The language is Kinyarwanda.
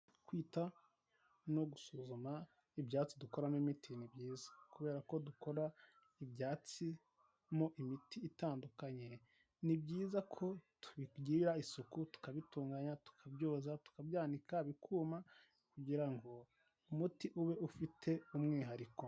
Kwita no gusuzuma ibyatsi dukoramo imiti ni byiza kubera ko dukora ibyatsi mo imiti itandukanye, ni byiza ko tubigirira isuku, tukabitunganya, tukabyoza, tukabyanika bikuma kugira ngo umuti ube ufite umwihariko.